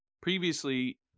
Previously